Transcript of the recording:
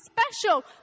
special